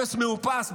אפס מאופס.